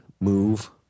move